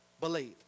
believe